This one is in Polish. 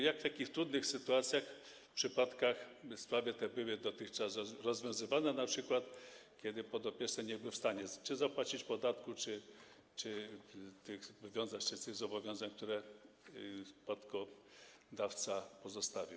Jak w takich trudnych sytuacjach, przypadkach sprawy te były dotychczas rozwiązywane, np. kiedy podopieczny nie był stanie czy zapłacić podatku, czy wywiązać się z tych zobowiązań, które spadkodawca pozostawił?